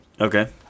Okay